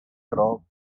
draw